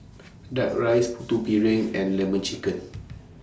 Duck Rice Putu Piring and Lemon Chicken